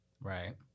Right